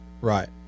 Right